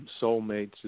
soulmates